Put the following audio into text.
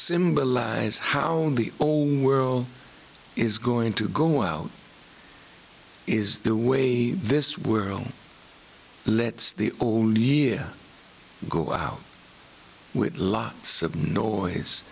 symbolize how the whole world is going to go out is the way this world lets the only year go out with lots of noise